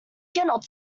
cannot